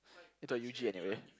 into a U_G anyway